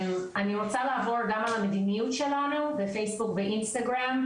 אני רוצה לעבור גם על המדיניות שלנו בפייסבוק ואינסטגרם,